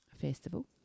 Festival